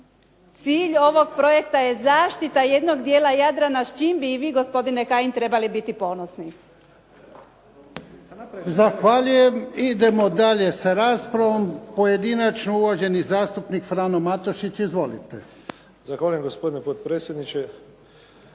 cilj ovog projekta je zaštita jednog dijela Jadrana s čim bi i vi gospodine Kajin trebali biti ponosni. **Jarnjak, Ivan (HDZ)** Zahvaljujem. Idemo dalje sa raspravom pojedinačnom. Uvaženi zastupnik Frano Matušić. Izvolite. **Matušić, Frano (HDZ)** Zahvaljujem gospodine potpredsjedniče.